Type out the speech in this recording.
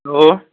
hello